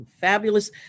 fabulous